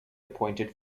appointed